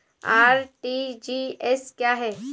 RTGS क्या है?